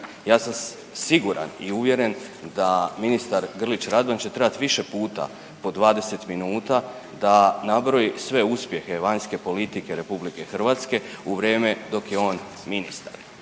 Ja sam siguran i uvjeren da ministar Grlić Radman će trebati više puta od 20 minuta da nabroji sve uspjehe vanjske politike Republike Hrvatske u vrijeme dok je on ministar.